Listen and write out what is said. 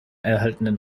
erhaltenen